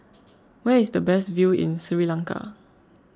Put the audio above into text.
where is the best view in Sri Lanka